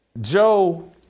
Joe